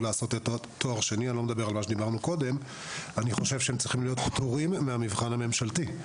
לעשות תואר שני צריכים להיות פטורים מהמבחן ממשלתי.